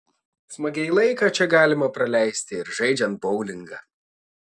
smagiai laiką čia galima praleisti ir žaidžiant boulingą